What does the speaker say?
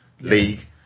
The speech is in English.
League